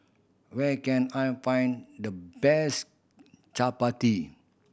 where can I find the best Chapati